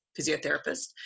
physiotherapist